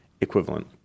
equivalent